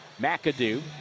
McAdoo